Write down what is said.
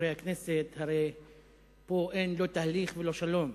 הרי פה אין לא תהליך ולא שלום.